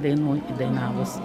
dainų dainavus